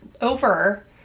over